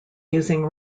using